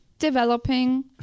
developing